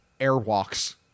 airwalks